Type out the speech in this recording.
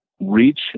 reach